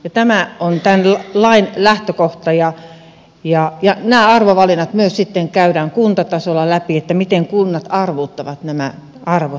tämä on tämän lain lähtökohta ja nämä arvovalinnat myös käydään sitten kuntatasolla läpi että miten kunnat arvottavat nämä arvot